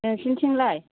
नोंसिनिथिंलाय